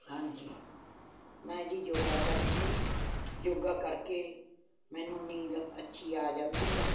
ਹਾਂਜੀ ਮੈਂ ਜੀ ਯੋਗਾ ਕਰਦੀ ਹਾਂ ਯੋਗਾ ਕਰਕੇ ਮੈਨੂੰ ਨੀਂਦ ਅੱਛੀ ਆ ਜਾਂਦੀ ਹੈ